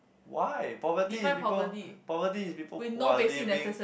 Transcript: why poverty is people poverty is people who are living